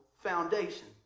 foundation